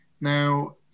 Now